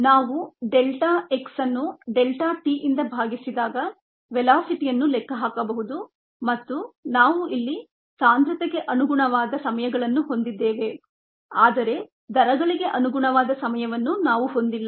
ನಾವು delta x ಅನ್ನು delta t ಯಿಂದ ಭಾಗಿಸಿದಾಗ ವೆಲಾಸಿಟಿಯನ್ನು ಲೆಕ್ಕಹಾಕಬಹುದು ಮತ್ತು ನಾವು ಇಲ್ಲಿ ಸಾಂದ್ರತೆಗೆ ಅನುಗುಣವಾದ ಸಮಯಗಳನ್ನು ಹೊಂದಿದ್ದೇವೆ ಆದರೆ ದರಗಳಿಗೆ ಅನುಗುಣವಾದ ಸಮಯವನ್ನು ನಾವು ಹೊಂದಿಲ್ಲ